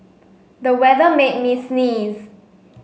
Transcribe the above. the weather made me sneeze